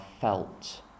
felt